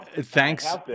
thanks